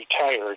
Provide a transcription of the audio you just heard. tired